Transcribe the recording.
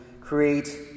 create